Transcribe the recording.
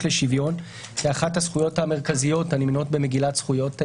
לשוויון כאחת הזכויות המרכזיות הנמנות במגילת זכויות האדם.